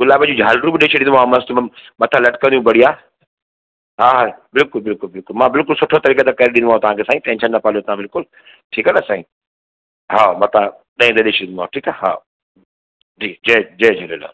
गुलाब जी झाल बि ॾेई छॾींदोमाव मस्तु तमामु मथां लटकंदियूं बढ़िया हा हा बिल्कुलु बिल्कुलु मां बिल्कुलु सुठो तरीक़े सां करे ॾींदो माव तांजो साईं टेंशन न पालियो तां बिल्कुल ठीक आ न साईं हा मथा ॾेई शॾींदो माव ठीक आ हा जी जय जय झूललाल